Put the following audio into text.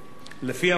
לפי המוצע,